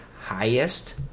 highest